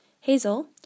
Hazel